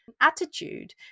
attitude